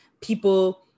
people